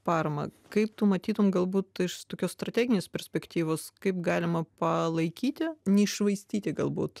paramą kaip tu matytum galbūt iš tokios strateginės perspektyvos kaip galima palaikyti neiššvaistyti galbūt